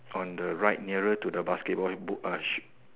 on the right nearer to the basketball and book ah shit